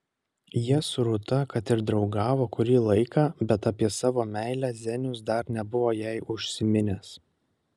jie su rūta kad ir draugavo kurį laiką bet apie savo meilę zenius dar nebuvo jai užsiminęs